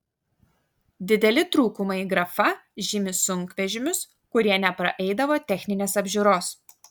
dideli trūkumai grafa žymi sunkvežimius kurie nepraeidavo techninės apžiūros